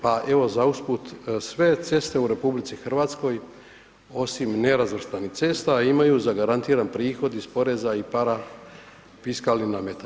Pa evo, za usput, sve ceste u RH osim nerazvrstanih cesta imaju zagarantiran prihod iz poreza i parafiskalnih nameta.